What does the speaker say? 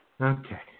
Okay